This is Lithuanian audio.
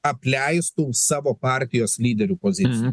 apleistų savo partijos lyderių poziciją